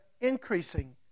increasing